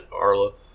Arlo